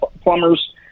plumbers